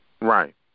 right